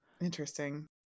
Interesting